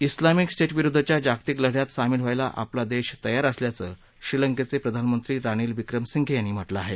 उलामिक स्टेटविरुद्धच्या जागतिक लढ्यात सामील व्हायला आपला देश तयार असल्याचं श्रीलंकेचे प्रधानमंत्री रानिल विक्रमसिंघे यांनी म्हटलं आहे